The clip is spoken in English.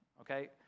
okay